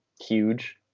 huge